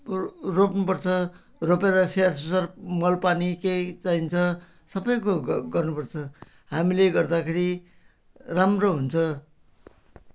प रोप्नु पर्छ रोपेर स्याहार सुसार मल पानी केही चाहिन्छ सबै कुरो ग गर्नु पर्छ हामीले गर्दाखेरि राम्रो हुन्छ